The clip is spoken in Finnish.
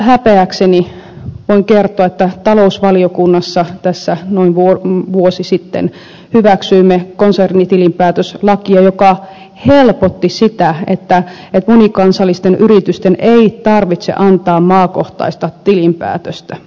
häpeäkseni voin kertoa että talousvaliokunnassa tässä noin vuosi sitten hyväksyimme konsernitilinpäätöslakia joka helpotti sitä että monikansallisten yritysten ei tarvitse antaa maakohtaista tilinpäätöstä